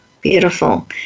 Beautiful